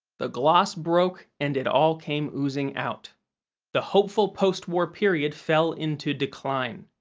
the gloss broke and it all came oozing out the hopeful post-war period fell into decline.